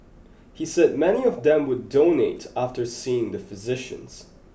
he said many of them would donate after seeing the physicians